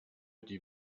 die